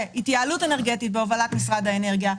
התייעלות אנרגטית בהובלת משרד האנרגיה,